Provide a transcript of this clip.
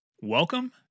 Welcome